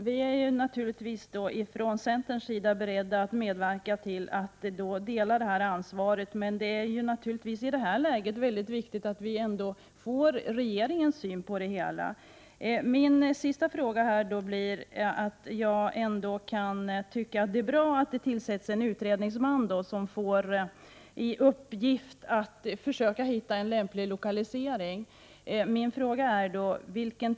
Herr talman! Vii centern är naturligtvis beredda att dela detta ansvar. Men i nuvarande läge är det väldigt viktigt att regeringen tillkännager sin syn på det hela. Trots allt tycker jag att det är bra att regeringen kommer att ge en särskild utredningsman i uppdrag att lämna förslag till en lämplig lösning på lokaliseringen.